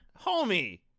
Homie